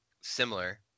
Similar